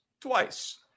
twice